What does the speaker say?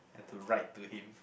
to write to him